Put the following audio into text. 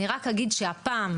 אני רק אגיד שהפעם,